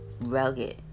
rugged